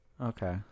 okay